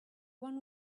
one